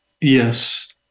Yes